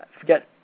forget